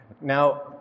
Now